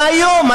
והיום,